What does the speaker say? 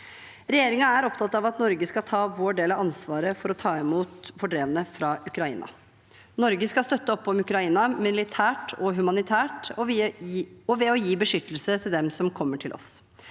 Regjeringen er opptatt av at Norge skal ta sin del av ansvaret for å ta imot fordrevne fra Ukraina. Norge skal støtte opp om Ukraina militært og humanitært og ved å gi beskyttelse til dem som kommer til oss.